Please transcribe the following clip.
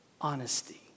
honesty